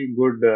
good